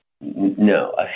No